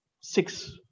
six